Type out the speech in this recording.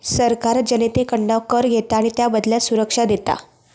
सरकार जनतेकडना कर घेता आणि त्याबदल्यात सुरक्षा देता